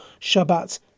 Shabbat